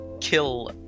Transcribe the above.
kill